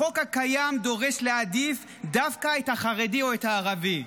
החוק הקיים דורש להעדיף דווקא את החרדי או את הערבי.